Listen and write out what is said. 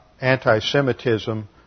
anti-Semitism